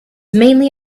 mainly